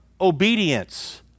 obedience